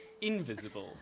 invisible